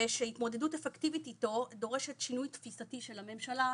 ושהתמודדות אפקטיבית איתו דורשת שינוי תפיסתי של הממשלה,